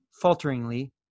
falteringly